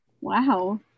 Wow